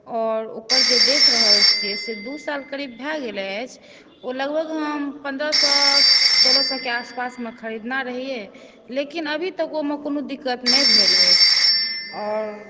आओर ओकर जे देख रहल छिए से दू साल करीब भऽ गेलै अछि ओ लगभग हम पन्द्रह सओ सोलह सओके आसपासमे खरीदने रहिए लेकिन अभी तक ओहिमे कोनो दिक्कत नहि भेल अछि आओर